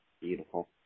Beautiful